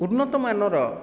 ଉନ୍ନତମାନର